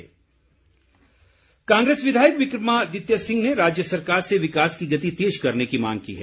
विक्रमादित्य सिंह कांग्रेस विधायक विक्रमादित्य सिंह ने राज्य सरकार से विकास की गति तेज करने की मांग की है